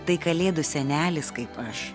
tai kalėdų senelis kaip aš